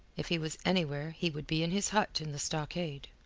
if he was anywhere he would be in his hut in the stockade.